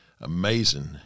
amazing